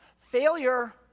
Failure